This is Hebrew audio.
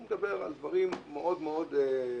הוא מדבר על דברים מאוד מאוד ברורים.